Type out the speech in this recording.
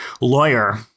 lawyer